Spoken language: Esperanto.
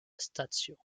stacio